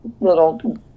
little